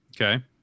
Okay